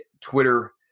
Twitter